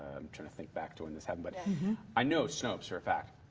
i'm trying to think back to when this happened. but i know snopes, for a fact,